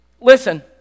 Listen